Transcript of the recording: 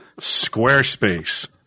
Squarespace